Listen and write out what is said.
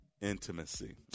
Intimacy